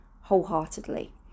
wholeheartedly